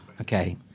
Okay